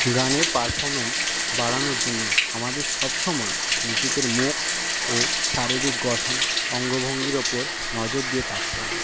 গানের পারফর্মেন্স বাড়ানোর জন্য আমাদের সব সময় নিজেদের মুখ ও শারীরিক গঠন অঙ্গভঙ্গির ওপর নজর দিয়ে থাকতে হবে